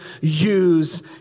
use